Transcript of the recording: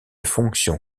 fonction